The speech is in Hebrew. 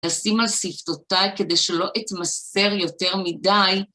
לשים על שפתותיי, כדי שלא אתמסר יותר מדי.